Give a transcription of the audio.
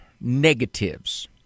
negatives